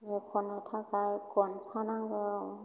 नो खननो थाखाय गनसा नांगौ